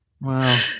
wow